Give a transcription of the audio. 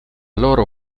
loro